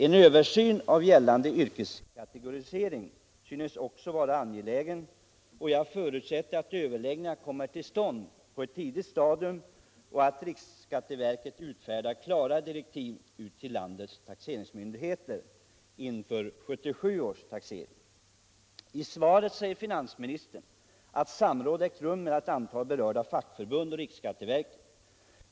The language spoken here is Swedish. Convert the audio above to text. En översyn av gällande yrkeskategorisering synes också motiverad. Jag förutsätter att överläggningar kommer till stånd på ett tidigt stadium och att riksskatteverket utfärdar klara direktiv till landets taxeringsmyndigheter inför 1977 års taxering. I svaret säger finansministern att samråd ägt rum mellan ett antal berörda fackförbund och riksskatteverket.